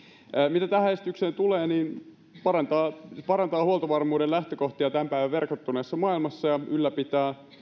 mitä tähän esitykseen tulee niin se parantaa huoltovarmuuden lähtökohtia tämän päivän verkottuneessa maailmassa ja ylläpitää